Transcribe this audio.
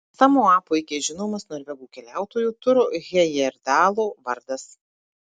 samoa puikiai žinomas norvegų keliautojo turo hejerdalo vardas